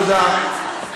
תודה.